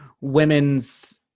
women's